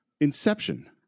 Inception